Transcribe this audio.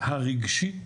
הרגשי,